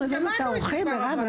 אנחנו הבאנו את האורחים, מירב.